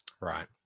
right